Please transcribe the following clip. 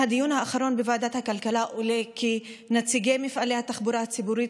מהדיון האחרון בוועדת הכלכלה עולה כי נציגי מפעילי התחבורה הציבורית